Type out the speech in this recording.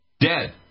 dead